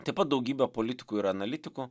taip pat daugybė politikų ir analitikų